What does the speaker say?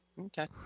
Okay